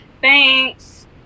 thanks